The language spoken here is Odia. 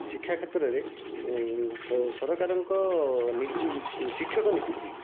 ଶିକ୍ଷା କ୍ଷେତ୍ରରେ ସରକାରଙ୍କ ଶିକ୍ଷକ ନିଯୁକ୍ତି